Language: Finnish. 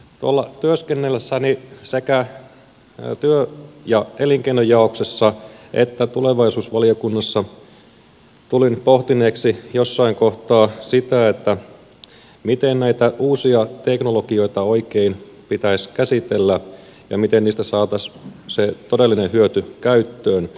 tuolla työskennellessäni sekä työ ja elinkeinojaoksessa että tulevaisuusvaliokunnassa tulin pohtineeksi jossain kohtaa sitä miten näitä uusia teknologioita oikein pitäisi käsitellä ja miten niistä saataisiin se todellinen hyöty käyttöön